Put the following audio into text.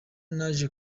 naje